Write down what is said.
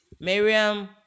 Miriam